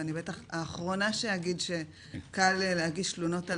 ואני בטח האחרונה שאגיד שקל להגיש תלונות על